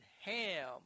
ham